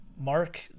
Mark